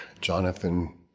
Jonathan